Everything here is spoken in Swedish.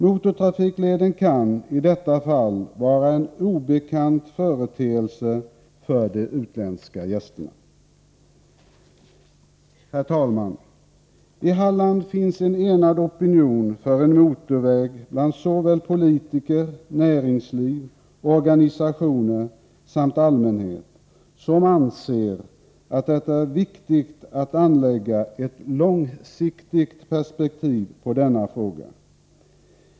Motortrafikleden kan i detta fall vara en obekant företeelse för de utländska gästerna. Herr talman! I Halland finns en enad opinion för en motorväg bland såväl politiker, näringsliv och organisationer som allmänhet om vikten av att anlägga ett långsiktigt perspektiv på denna fråga.